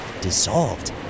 dissolved